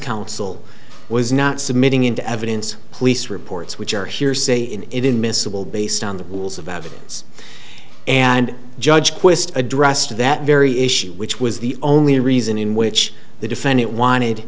counsel was not submitting into evidence police reports which are hearsay in it in miscible based on the rules of evidence and judge quist addressed that very issue which was the only reason in which the defendant wanted